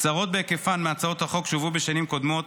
קצרות בהיקפן מהצעות החוק שהובאו בשנים קודמות,